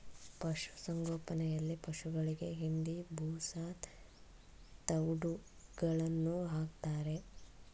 ಪಶುಸಂಗೋಪನೆಯಲ್ಲಿ ಪಶುಗಳಿಗೆ ಹಿಂಡಿ, ಬೂಸಾ, ತವ್ಡುಗಳನ್ನು ಹಾಕ್ತಾರೆ